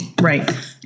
Right